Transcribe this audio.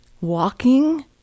walking